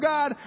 God